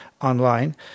online